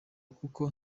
kuko